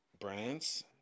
brands